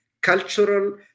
cultural